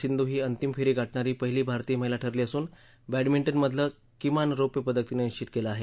सिंधू ही अंतिम फेरी गाठणारी पहिली भारतीय महिला ठरली असून बद्दमिंटनमधलं किमान रौप्य पदक तिनं निश्चित केलं आहे